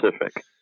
Pacific